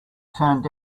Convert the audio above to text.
turned